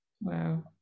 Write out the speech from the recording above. Wow